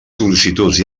sol·licituds